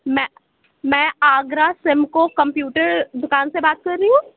میں میں آگرہ سمكو كمپیوٹر دُكان سے بات كر رہی ہوں